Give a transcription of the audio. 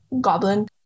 Goblin